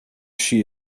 she